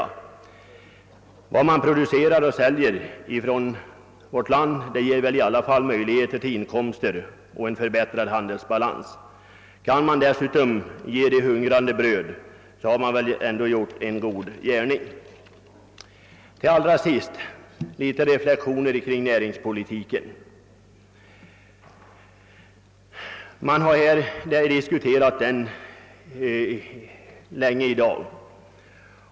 Och vad som produceras och säljes från vårt land ger i alla fall inkomster och möjligheter till en förbättrad handelsbalans. Kan dessutom de hungrande få bröd, har man ändå gjort en god gärning. Allra sist vill jag göra några reflexioner kring näringspolitiken, som diskuterats mycket här i dag.